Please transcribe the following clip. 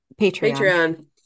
Patreon